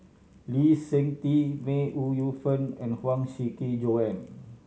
Lee Seng Tee May Ooi Yu Fen and Huang Shiqi Joan